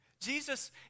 Jesus